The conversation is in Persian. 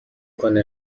کنه